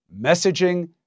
Messaging